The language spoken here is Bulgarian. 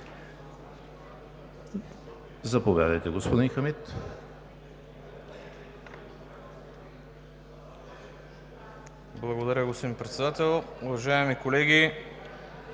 Заповядайте, господин Хамид,